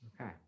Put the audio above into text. Okay